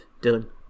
Dylan